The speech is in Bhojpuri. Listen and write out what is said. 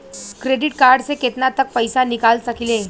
क्रेडिट कार्ड से केतना तक पइसा निकाल सकिले?